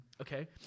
Okay